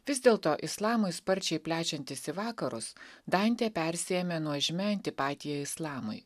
vis dėlto islamui sparčiai plečiantis į vakarus dantė persiėmė nuožmia antipatija islamui